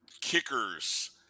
kickers